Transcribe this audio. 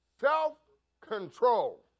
Self-control